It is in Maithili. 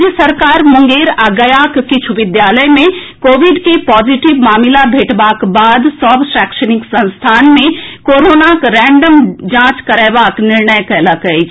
राज्य सरकार मुंगेर आ गयाक किछु विद्यालय मे कोविड के पॉजिटिव मामिला भेटबाक बाद सभ शैक्षणिक संस्थान मे कोरोनाक रैंडम जांच करएबाक निर्णय कयलक अछि